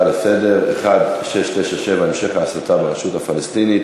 לסדר-היום 1697: המשך ההסתה ברשות הפלסטינית.